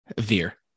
Veer